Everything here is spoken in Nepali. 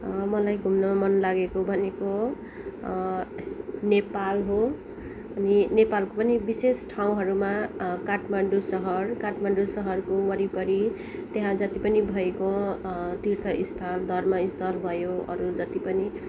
मलाई घुम्न मनलागेको भनेको नेपाल हो अनि नेपालको पनि विशेष ठाउँहरूमा काठमाडौँ सहर काठमाडौँ सहरको वरिपरि त्यहाँ जति पनि भएको तीर्थस्थल धर्मस्थल भयो अरू जति पनि